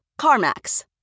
CarMax